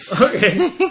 okay